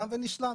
תם ונשלם.